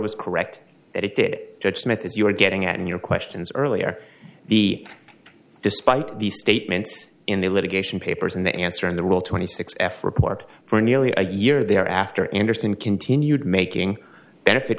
was correct that it did judge smith as you were getting at in your questions earlier the despite the statements in the litigation papers and the answer in the rule twenty six f report for nearly a year there after andersen continued making benefit